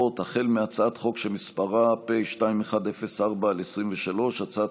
החל בהצעת חוק פ/2104/23 וכלה בהצעת חוק פ/2140/23: הצעת